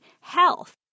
health